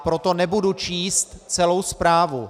Proto nebudu číst celou zprávu.